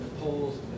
polls